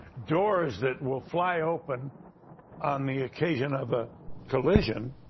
doors that will fly open on the occasion of a collision,